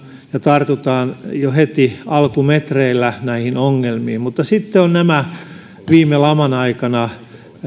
ja tartutaan jo heti alkumetreillä näihin ongelmiin mutta sitten ovat nämä viime laman aikana